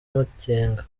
amakenga